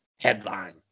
Headline